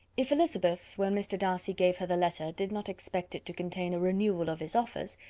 if elizabeth, when mr. darcy gave her the letter, did not expect it to contain a renewal of his offers,